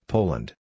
Poland